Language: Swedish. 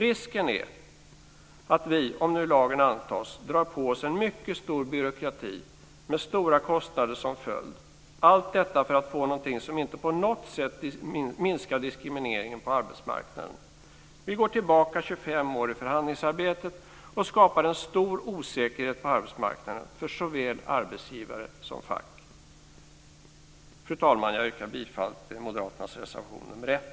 Risken är, om lagen antas, att vi drar på oss en mycket stor byråkrati med stora kostnader som följd - allt detta för att få någonting som inte på något sätt minskar diskrimineringen på arbetsmarknaden. Vi går tillbaka 25 år i förhandlingsarbetet och skapar en stor osäkerhet på arbetsmarknaden för såväl arbetsgivare som fack. Fru talman! Jag yrkar bifall till moderaternas reservation nr 1.